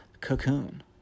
Cocoon